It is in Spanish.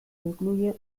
incluye